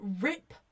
rip